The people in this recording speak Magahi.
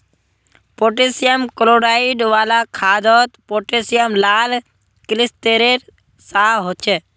पोटैशियम क्लोराइड वाला खादोत पोटैशियम लाल क्लिस्तेरेर सा होछे